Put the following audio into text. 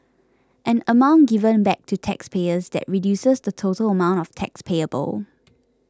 an amount given back to taxpayers that reduces the total amount of tax payable